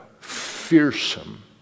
fearsome